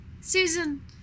Susan